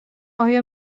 آیا